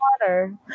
water